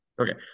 Okay